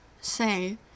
say